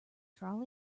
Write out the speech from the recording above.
trolley